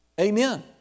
Amen